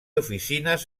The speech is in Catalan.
oficines